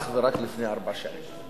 אך ורק לפני ארבע שנים.